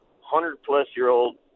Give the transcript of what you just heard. hundred-plus-year-old